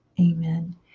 amen